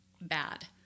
bad